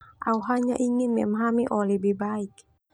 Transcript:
Au hanya ingin memahami oh lebih baik.